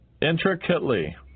intricately